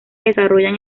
desarrollan